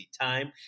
time